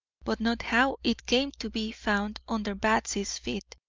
but not how it came to be found under batsy's feet.